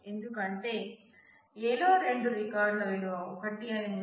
ఎందుకంటే A లో రెండు రికార్డుల విలువ "1" అని ఉంది